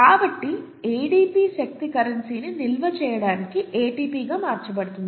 కాబట్టి ADP శక్తి కరెన్సీని నిల్వ చేయడానికి ATPగా మార్చబడుతుంది